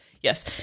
yes